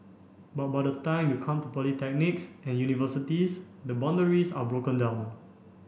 but by the time you come to polytechnics and universities the boundaries are broken down